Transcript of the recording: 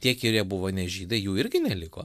tie kirie buvo ne žydai jų irgi neliko